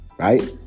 Right